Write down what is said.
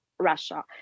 russia